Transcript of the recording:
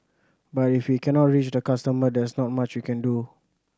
but if we cannot reach the customer there is not much we can do